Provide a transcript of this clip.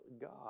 God